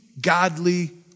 godly